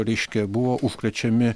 reiškia buvo užkrečiami